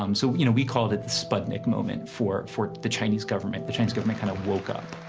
um so, you know, we called it the sputnik moment for, for the chinese government the chinese government kind of woke up.